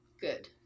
Good